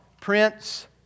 Prince